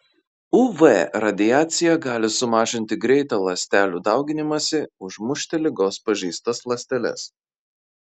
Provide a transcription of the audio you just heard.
uv radiacija gali sumažinti greitą ląstelių dauginimąsi užmušti ligos pažeistas ląsteles